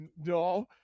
No